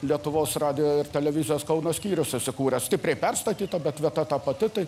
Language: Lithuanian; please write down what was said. lietuvos radijo ir televizijos kauno skyrius įsikūręs stipriai perstatyta bet vieta ta pati tai